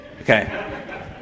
Okay